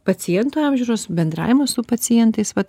pacientų apžiūros bendravimas su pacientais vat